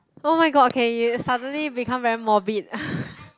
oh-my-god okay you suddenly become very morbid